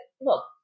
look